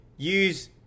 use